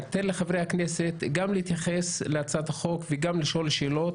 אני אתן לחברי הכנסת גם להתייחס להצעת החוק וגם לשאול שאלות.